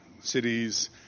Cities